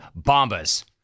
Bombas